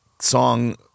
song